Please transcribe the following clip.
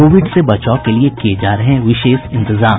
Covid से बचाव के लिये किये जा रहे हैं विशेष इंतजाम